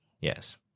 yes